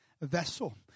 vessel